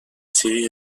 série